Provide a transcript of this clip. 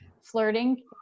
Flirting